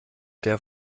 der